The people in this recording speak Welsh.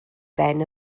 ben